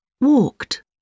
Walked